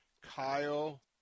Kyle